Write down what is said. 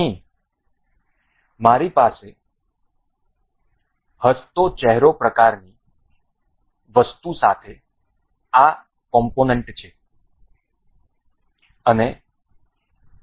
અહીં મારી પાસે હસતો ચહેરો પ્રકારની વસ્તુ સાથે આ કોમ્પોનન્ટ છે